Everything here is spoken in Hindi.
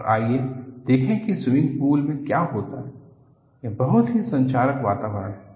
और आइए देखें कि स्विमिंग पूल में क्या होता है यह बहुत ही संक्षारक वातावरण है